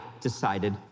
decided